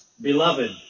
Beloved